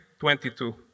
22